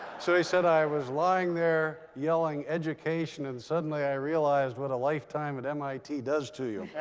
so he said, i was lying there yelling education. and suddenly i realized what a lifetime at mit does to you.